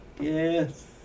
Yes